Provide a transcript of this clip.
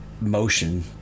motion